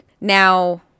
now